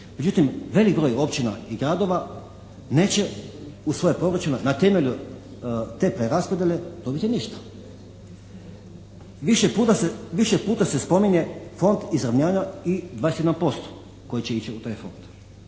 Međutim, veliki broj općina i gradova neće u svoj proračun na temelju te preraspodjele dobiti ništa. Više puta se spominje fond …/Govornik se ne razumije./… i 21% koji će ići u taj fond.